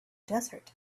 desert